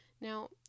Now